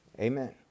Amen